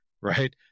right